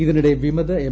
ഇതിനിടെ വിമത എം